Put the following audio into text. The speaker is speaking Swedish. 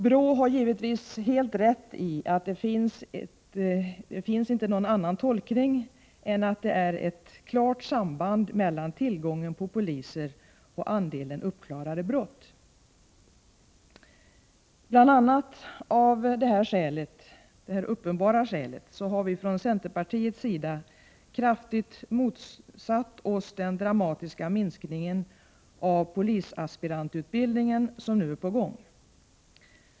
BRÅ har givetvis helt rätt i att det inte finns någon annan tolkning än att det är ett klart samband mellan tillgången på poliser och andelen uppklarade brott. Bl.a. av detta uppenbara skäl har vi från centerpartiets sida kraftigt motsatt oss den dramatiska minskning av polisaspirantutbildningen som nu är på gång.